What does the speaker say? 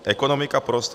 Ekonomika poroste...